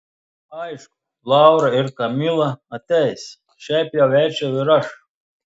aišku laura ir kamila ateis šiaip jau eičiau ir aš